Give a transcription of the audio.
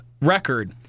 record